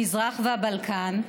המזרח והבלקן,